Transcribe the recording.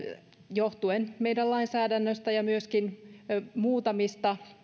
johtuen meidän lainsäädännöstämme ja myöskin muutamista